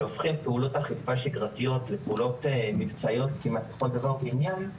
שהופכים פעולות אכיפה שגרתיות לפעולות מבצעיות כמעט לכל דבר ועניין,